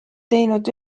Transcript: teinud